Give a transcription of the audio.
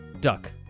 duck